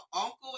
uncle